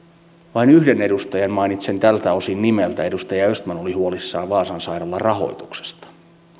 vain yhden edustajan mainitsen tältä osin nimeltä edustaja östman oli huolissaan vaasan sairaalan rahoituksesta